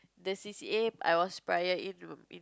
the C_C_A I was prior in